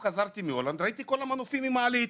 חזרתי עכשיו מהולנד וראיתי את כל המנופים עם מעלית.